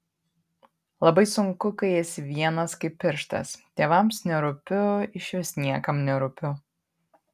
labai sunku kai esi vienas kaip pirštas tėvams nerūpiu išvis niekam nerūpiu